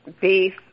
beef